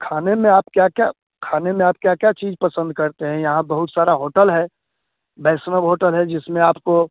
खाने में आप क्या क्या खाने में आप क्या क्या चीज़ पसंद करते हैं यहाँ बहुत सारे होटल हैँ वैष्णव होटल है जिसमें आपको